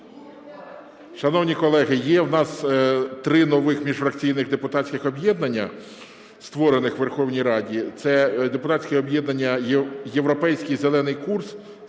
Шановні колеги, є в нас три нових міжфракційних депутатських об'єднання, створених у Верховній Раді. Це депутатське об'єднання "Європейський зелений курс".